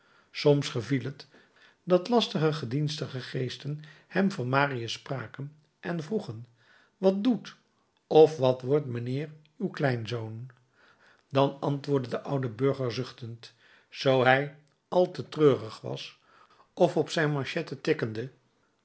soms geviel het dat lastige gedienstige geesten hem van marius spraken en vroegen wat doet of wat wordt mijnheer uw kleinzoon dan antwoordde de oude burger zuchtend zoo hij al te treurig was of op zijn manchetten tikkende